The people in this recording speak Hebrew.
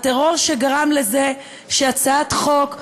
הטרור שגרם לזה שהצעת חוק,